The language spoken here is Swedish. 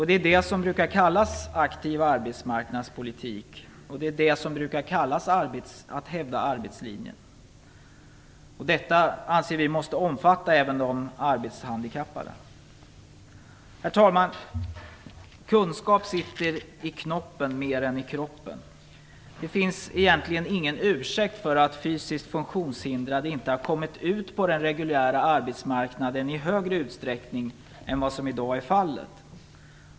Det är det som brukar kallas aktiv arbetsmarknadspolitik. Det är det som brukar kallas att hävda arbetslinjen. Detta måste omfatta även de arbetshandikappade, anser vi. Herr talman! Kunskap sitter i knoppen mer än i kroppen. Det finns egentligen ingen ursäkt för att fysiskt funktionshindrade inte har kommit ut på den reguljära arbetsmarknaden i större utsträckning än vad som i dag är fallet.